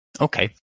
Okay